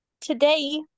today